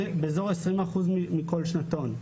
בערך 20% מכל שנתון.